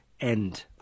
end